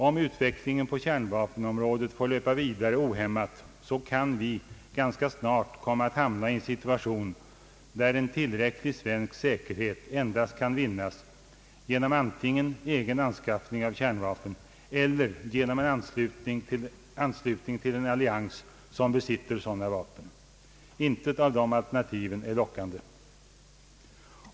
Om utvecklingen på kärnvapenområdet får löpa vidare ohämmat, kan vi ganska snart komma i en situation där en tillräcklig svensk säkerhet endast kan vinnas genom antingen egen anskaffning av kärnvapen eller genom anslutning till en allians som besitter sådana vapen. Intet av de alternativen är lockande.